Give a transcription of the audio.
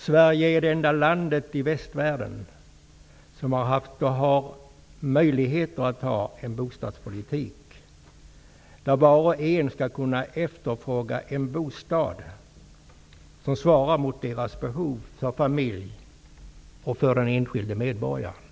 Sverige är det enda landet i västvärlden som har haft och har möjligheter att föra en bostadspolitik där var och en skall kunna efterfråga en bostad som svarar mot behovet för familjen och för den enskilde medborgaren.